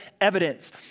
evidence